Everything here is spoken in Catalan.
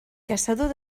caçador